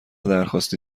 درخواستی